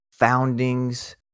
foundings